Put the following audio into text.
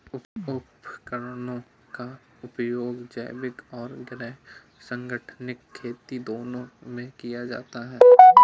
उपकरणों का उपयोग जैविक और गैर संगठनिक खेती दोनों में किया जाता है